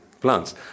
plants